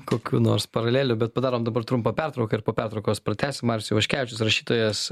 kokių nors paralelių bet padarom dabar trumpą pertrauką ir po pertraukos pratęsim marius ivaškevičius rašytojas